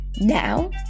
Now